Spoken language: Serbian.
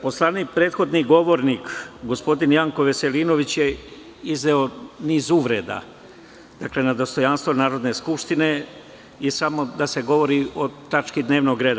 Poslanik, prethodni govornik, gospodin Janko Veselinović je izneo niz uvreda na dostojanstvo Narodne skupštine i samo da se govori o tački dnevnog reda.